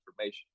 information